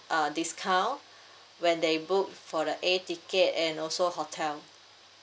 uh discount when they book for the air ticket and also hotel